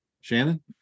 shannon